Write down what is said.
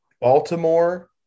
Baltimore